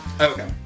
Okay